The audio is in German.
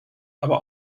aber